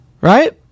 Right